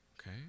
okay